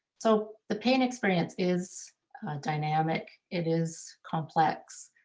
so the pain experience is dynamic. it is complex.